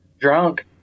drunk